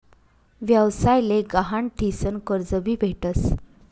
व्यवसाय ले गहाण ठीसन कर्ज भी भेटस